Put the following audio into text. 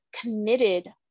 committed